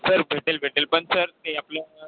sir भेटेल भेटेल पण सर ते आपलं